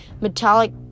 metallic